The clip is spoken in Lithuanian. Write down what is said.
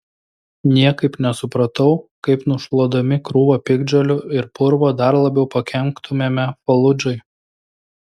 niekaip nesupratau kaip nušluodami krūvą piktžolių ir purvo dar labiau pakenktumėme faludžai